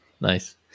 nice